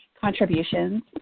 contributions